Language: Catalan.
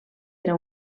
era